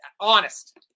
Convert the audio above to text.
honest